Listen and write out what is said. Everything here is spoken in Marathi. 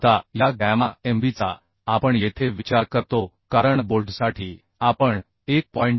आता या गॅमा एमबीचा आपण येथे विचार करतो कारण बोल्टसाठी आपण 1